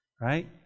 right